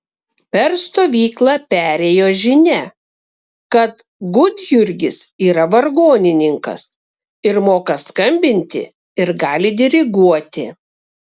per stovyklą perėjo žinia kad gudjurgis yra vargonininkas ir moka skambinti ir gali diriguoti